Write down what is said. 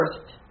first